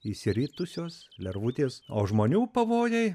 išsiritusios lervutės o žmonių pavojai